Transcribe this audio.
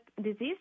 disease